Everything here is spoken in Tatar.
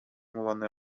мулланы